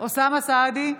אוסאמה סעדי,